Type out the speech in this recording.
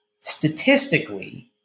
statistically